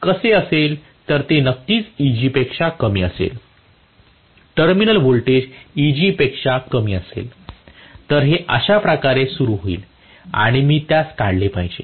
तर ते नक्कीच Eg पेक्षा कमी असेल टर्मिनल व्होल्टेज Eg पेक्षा कमी असेल तर हे अश्या प्रकारे सुरु होईल आणि मी त्यास काढले पाहिजे